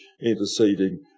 interceding